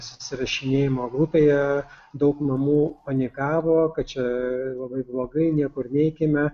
susirašinėjimo grupėje daug mamų panikavo kad čia labai blogai niekur neikime